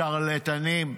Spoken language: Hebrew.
שרלטנים.